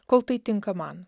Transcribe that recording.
kol tai tinka man